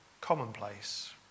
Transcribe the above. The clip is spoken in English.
commonplace